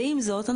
ועם זאת,